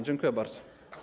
Dziękuję bardzo.